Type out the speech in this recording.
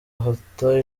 afata